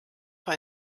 vor